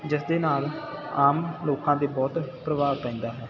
ਜਿਸ ਦੇ ਨਾਲ ਆਮ ਲੋਕਾਂ 'ਤੇ ਬਹੁਤ ਪ੍ਰਭਾਵ ਪੈਂਦਾ ਹੈ